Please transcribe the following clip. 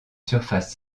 surface